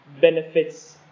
benefits